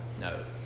No